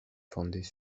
fondés